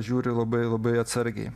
žiūri labai labai atsargiai